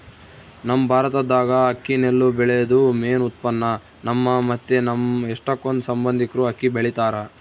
ನಮ್ ಭಾರತ್ದಾಗ ಅಕ್ಕಿ ನೆಲ್ಲು ಬೆಳ್ಯೇದು ಮೇನ್ ಉತ್ಪನ್ನ, ನಮ್ಮ ಮತ್ತೆ ನಮ್ ಎಷ್ಟಕೊಂದ್ ಸಂಬಂದಿಕ್ರು ಅಕ್ಕಿ ಬೆಳಿತಾರ